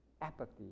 apathy